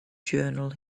journal